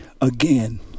again